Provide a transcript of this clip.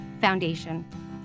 Foundation